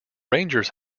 rangers